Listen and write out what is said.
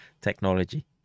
technology